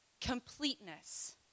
completeness